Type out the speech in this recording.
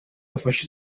afashe